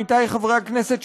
עמיתי חברי הכנסת,